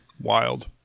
Wild